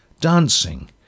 dancing